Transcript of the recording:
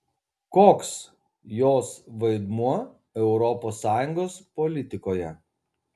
koks jos vaidmuo europos sąjungos politikoje